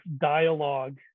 dialogue